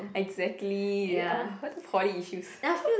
exactly !ugh! all the poly issues